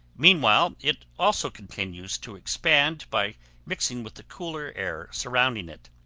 meanwhile it also continues to expand by mixing with the cooler air surrounding it.